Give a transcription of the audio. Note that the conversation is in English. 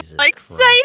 Exciting